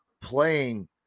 playing